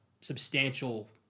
substantial